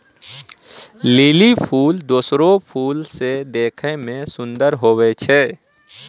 lily फूल दोसरो फूल से देखै मे सुन्दर हुवै छै